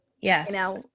Yes